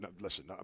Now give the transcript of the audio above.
Listen